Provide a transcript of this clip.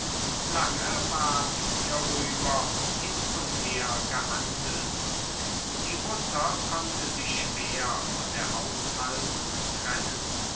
lange ward hierüber hin und her gehandelt die mutter konnte sich schwer von der haushaltung trennen